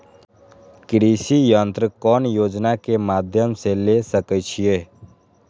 कृषि यंत्र कौन योजना के माध्यम से ले सकैछिए?